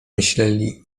myśleli